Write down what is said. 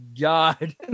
god